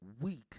week